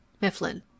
Mifflin